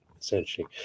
essentially